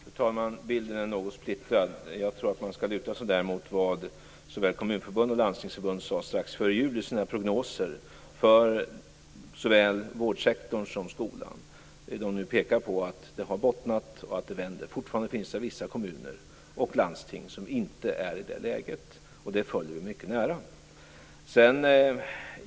Fru talman! Bilden är något splittrad. Jag tror att man här skall luta sig mot vad såväl kommunförbund som landstingsförbund sade i sina prognoser för såväl vårdsektorn som skolan strax före jul. De pekar på att botten är nådd och att det vänder. Fortfarande finns det vissa kommuner och landsting som inte är i det läget, och dem följer vi mycket nära.